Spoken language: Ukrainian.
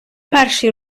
перший